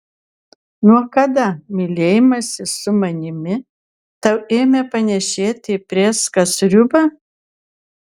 nuo kada mylėjimasis su manimi tau ėmė panėšėti į prėską sriubą